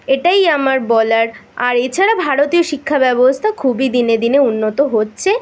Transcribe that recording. এটাই আমার বলার আর এছাড়া ভারতীয় শিক্ষাব্যবস্থা খুবই দিনে দিনে উন্নত হচ্ছে